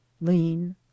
lean